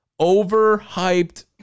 overhyped